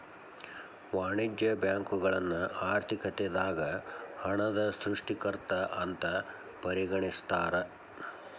ವಾಣಿಜ್ಯ ಬ್ಯಾಂಕುಗಳನ್ನ ಆರ್ಥಿಕತೆದಾಗ ಹಣದ ಸೃಷ್ಟಿಕರ್ತ ಅಂತ ಪರಿಗಣಿಸ್ತಾರ